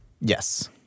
Yes